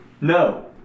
no